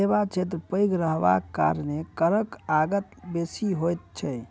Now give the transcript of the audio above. सेवा क्षेत्र पैघ रहबाक कारणेँ करक आगत बेसी होइत छै